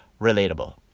relatable